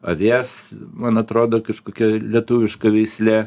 avies man atrodo kažkokia lietuviška veislė